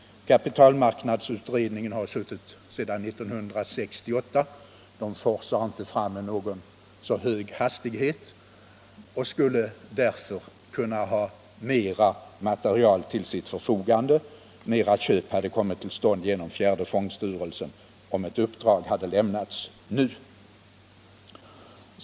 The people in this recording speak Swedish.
Kapitalmarknadsutredningen har suttit sedan 1968. Den forsar inte fram med någon så hög hastighet. Mera köp torde ha kommit till stånd genom fjärde fondstyrelsen, innan kapitalmarknadsutredningen tar sig an med det uppdrag som vi förordar.